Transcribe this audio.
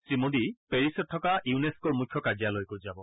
শ্ৰীমোদী পেৰিছত থকা ইউনেস্কোৰ মুখ্য কাৰ্যালয়লৈকো যাব